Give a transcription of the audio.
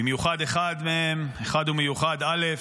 במיוחד אחד מהם, אחד ומיוחד, א',